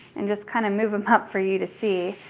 and just kind of move em up for you to see,